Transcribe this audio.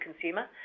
consumer